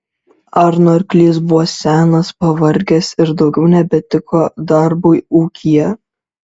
arno arklys buvo senas pavargęs ir daugiau nebetiko darbui ūkyje